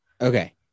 Okay